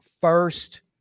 first